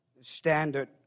Standard